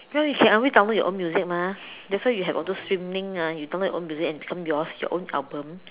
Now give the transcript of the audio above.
ya you can always download your own music mah that's why you have all those streaming ah you download your own music and it become yours your own album